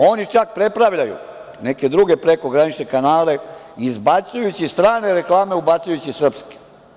Oni čak prepravljaju neke druge prekogranične kanale, izbacujući strane reklame, ubacujući srpske.